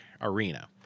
arena